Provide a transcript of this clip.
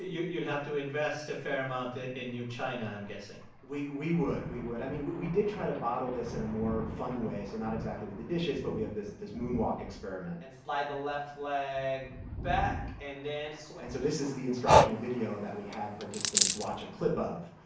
you'd you'd have to invest a fair amount in new china, i'm guessing we we would. we would. i mean, we we did try to bottle this in a more fun way. so not exactly with the dishes, but we have this this moonwalk experiment and slide the left leg back and then switch so and so this is the instructional video that we had participants watch a clip of,